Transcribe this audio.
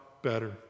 better